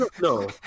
no